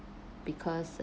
because